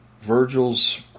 Virgil's